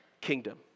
kingdom